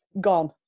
gone